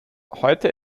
heute